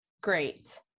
great